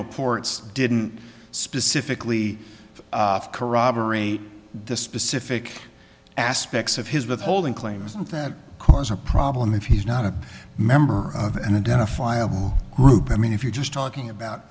reports didn't specifically corroborate the specific aspects of his withholding claim isn't that cause a problem if he's not a member of an identifiable group i mean if you're just talking about